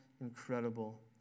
incredible